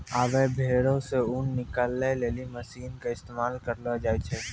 आबै भेड़ो से ऊन निकालै लेली मशीन के इस्तेमाल करलो जाय छै